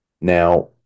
Now